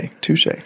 touche